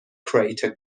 crater